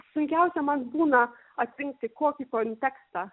sunkiausia man būna atrinkti kokį kontekstą